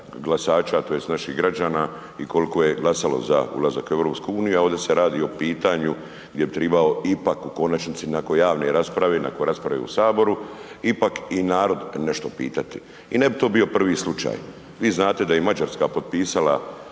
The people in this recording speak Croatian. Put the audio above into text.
glasača tj. naših građana i koliko je glasalo za ulazak u EU, a ovdje se radi o pitanju gdje bi tribao ipak u konačnici nakon javne rasprave, nakon rasprave u HS, ipak i narod nešto pitati. I ne bi to bio prvi slučaj, vi znate da je i Mađarska potpisala